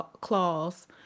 Claws